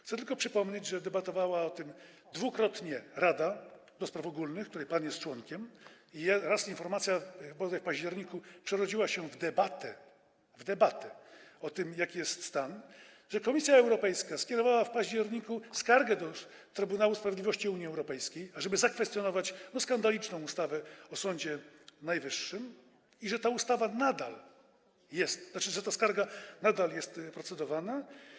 Chcę tylko przypomnieć, że debatowała o tym dwukrotnie Rada do Spraw Ogólnych, której pan jest członkiem, i raz informacja, bodaj w październiku, przerodziła się w debatę o tym, jaki jest stan, że Komisja Europejska skierowała w październiku skargę do Trybunału Sprawiedliwości Unii Europejskiej, ażeby zakwestionować skandaliczną ustawę o Sądzie Najwyższym, i że nad tą skargą nadal się proceduje.